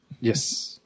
Yes